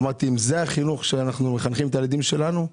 אמרתי אם זה החינוך שאנחנו מחנכים את הילדים שלנו,